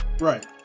Right